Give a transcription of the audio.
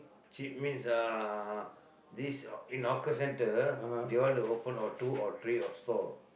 cheap means uh this in hawker centre they want to open or two or three or stall